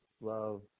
love